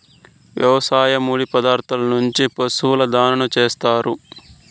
వ్యవసాయ ముడి పదార్థాల నుంచి పశువుల దాణాను చేత్తారు